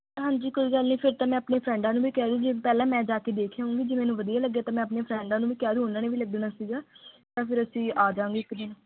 ਹਾਂਜੀ ਕੋਈ ਗੱਲ ਨਹੀਂ ਫਿਰ ਤਾਂ ਮੈਂ ਆਪਣੇ ਫਰੈਂਡਾਂ ਨੂੰ ਵੀ ਕਹਿ ਦੂੰਗੀ ਜੀ ਪਹਿਲਾਂ ਮੈਂ ਜਾ ਕੇ ਦੇਖ ਆਊਂਗੀ ਜੇ ਮੈਨੂੰ ਵਧੀਆ ਲੱਗਿਆ ਤਾਂ ਮੈਂ ਆਪਣੇ ਫਰੈਂਡਾਂ ਨੂੰ ਕਹਿ ਲੂੰ ਉਹਨਾਂ ਨੇ ਵੀ ਲੱਗਣਾ ਸੀਗਾ ਤਾਂ ਫਿਰ ਅਸੀਂ ਆ ਜਾਵਾਂਗੇ ਇੱਕ ਦਿਨ